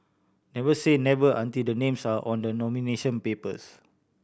never say never until the names are on the nomination papers